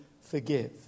forgive